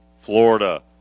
Florida